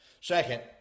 Second